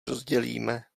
rozdělíme